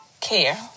care